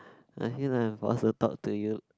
I feel like I'm forced to talk to you